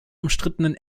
umstrittenen